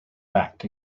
backed